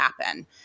happen